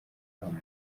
bantu